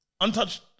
untouched